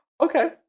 Okay